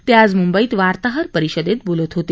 ते आज मुंबईत वार्ताहर परिषदेत बोलत होते